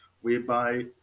Whereby